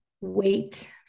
Wait